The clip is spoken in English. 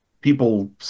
people